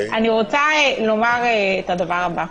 אני רוצה לומר את הדבר הבא: